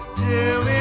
till